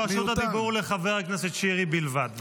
רשות הדיבור לחבר הכנסת שירי בלבד, בבקשה.